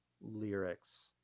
lyrics